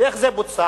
איך זה בוצע?